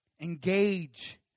Engage